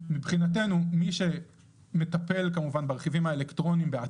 למי שמטפל ברכיבים האלקטרוניים יש